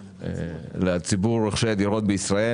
לציבור רוכשי הדירות בישראל.